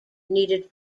needed